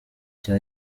cya